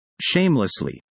Shamelessly